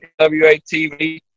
WATV